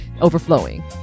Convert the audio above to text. overflowing